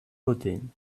pudding